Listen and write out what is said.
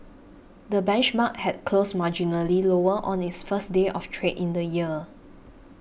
the benchmark had closed marginally lower on its first day of trade in the year